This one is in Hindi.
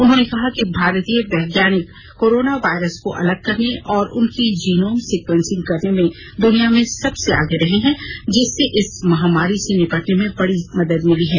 उन्होंने कहा कि भारतीय वैज्ञानिक कोरोना वायरस को अलग करने और उनकी जीनोम सिक्वेंसिंग करने में दुनिया में सबसे आगे रहे हैं जिससे इस महामारी से निपटने में बड़ी मदद मिली है